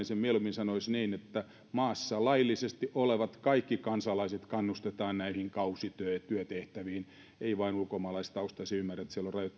niin että kaikki maassa laillisesti olevat kansalaiset kannustetaan näihin kausityötehtäviin ei vain ulkomaalaistaustaisia ymmärrän että siellä on